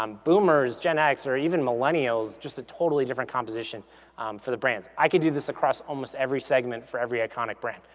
um boomers, gen-x, or even millennials, just a totally different composition for the brands. i could do this across almost every segment for every iconic brand.